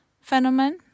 phenomenon